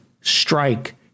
strike